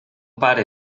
pare